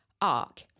ARC